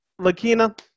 Lakina